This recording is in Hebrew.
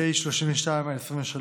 פ/399/23,